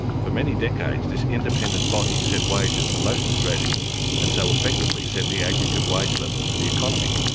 for many decades, this independent body set wages for most australians and so effectively set the aggregate wage level for the economy.